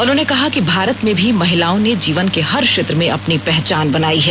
उन्होंने कहा कि भारत में भी महिलाओं ने जीवन के हर क्षेत्र में अपनी पहचान बनाई है